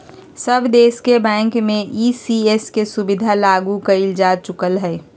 सब देश के बैंक में ई.सी.एस के सुविधा लागू कएल जा चुकलई ह